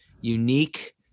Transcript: unique